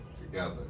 together